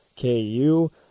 KU